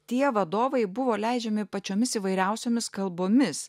tie vadovai buvo leidžiami pačiomis įvairiausiomis kalbomis